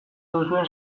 duzuen